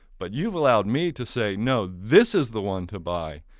but you've allowed me to say, no, this is the one to buy.